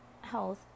health